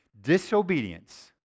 disobedience